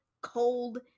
cold